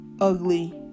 ugly